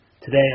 Today